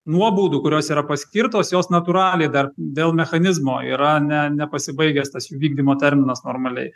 nuobaudų kurios yra paskirtos jos natūraliai dar dėl mechanizmo yra ne nepasibaigęs tas jų vykdymo terminas normaliai